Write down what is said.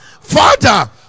Father